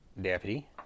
Deputy